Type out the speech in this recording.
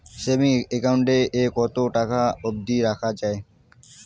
Savings account এ কতো টাকা অব্দি রাখা যায়?